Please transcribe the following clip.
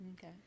okay